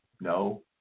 No